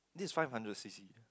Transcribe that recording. this five hundred C_C